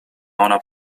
ona